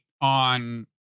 on